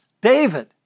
David